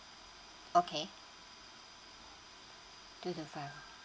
okay two to five